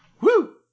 Woo